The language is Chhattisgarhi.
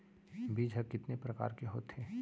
बीज ह कितने प्रकार के होथे?